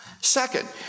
Second